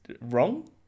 wrong